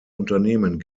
unternehmen